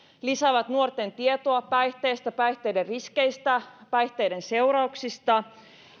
lisäävät nuorten tietoa päihteistä päihteiden riskeistä päihteiden seurauksista